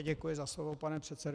Děkuji za slovo, pane předsedo.